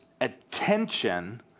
attention